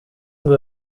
ngo